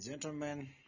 gentlemen